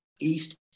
east